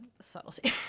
subtlety